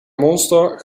monster